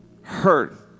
hurt